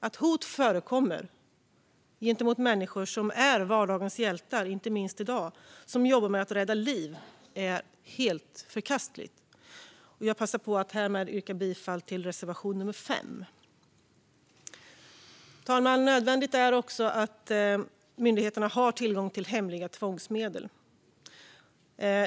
Att hot förekommer mot människor som är vardagens hjältar, inte minst i dag, och som jobbar med att rädda liv är helt förkastligt. Jag passar härmed på att yrka bifall till reservation 5. Fru talman! Det är nödvändigt att myndigheterna har tillgång till hemliga tvångsmedel.